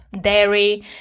dairy